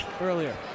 earlier